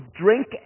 drink